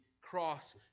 cross